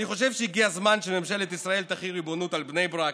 אני חושב שהגיע הזמן שממשלת ישראל תחיל ריבונות על בני ברק,